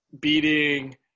beating –